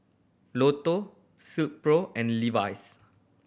Lotto Silkpro and Levi's